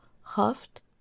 huffed